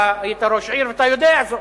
אתה היית ראש עיר, ואתה יודע זאת.